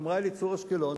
אמרה "אליצור אשקלון":